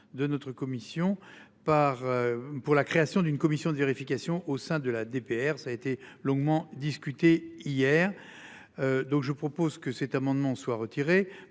de notre commission par. Pour la création d'une commission de vérification au sein de la DPR, ça a été longuement discuté hier. Donc je propose que cet amendement soit retiré.